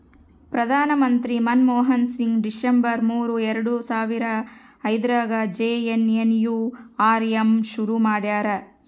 ಪ್ರಧಾನ ಮಂತ್ರಿ ಮನ್ಮೋಹನ್ ಸಿಂಗ್ ಡಿಸೆಂಬರ್ ಮೂರು ಎರಡು ಸಾವರ ಐದ್ರಗಾ ಜೆ.ಎನ್.ಎನ್.ಯು.ಆರ್.ಎಮ್ ಶುರು ಮಾಡ್ಯರ